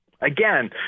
Again